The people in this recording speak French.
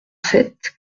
sept